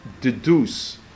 deduce